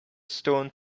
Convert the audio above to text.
stone